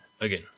again